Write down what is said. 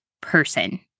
person